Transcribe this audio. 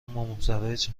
ممزوج